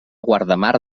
guardamar